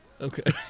Okay